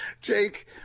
Jake